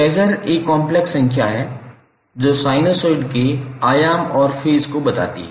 phasor एक complex संख्या है जो साइनसोइड के आयाम और फेज को बताती है